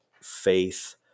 faith